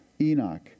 Enoch